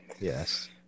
Yes